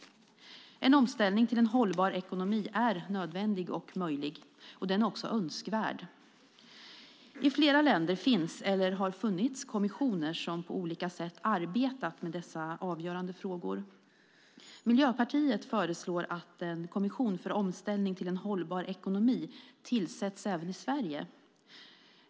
En omställning till en hållbar ekonomi är nödvändig och möjlig. Den är också önskvärd. I flera länder finns eller har funnits kommissioner som på olika sätt arbetar med dessa avgörande frågor. Miljöpartiet föreslår att en kommission för omställning till en hållbar ekonomi tillsätts även i Sverige.